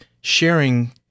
sharing